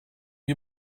you